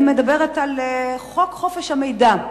אני מדברת על חוק חופש המידע,